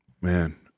Man